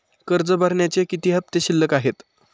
कर्ज भरण्याचे किती हफ्ते शिल्लक आहेत?